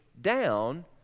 down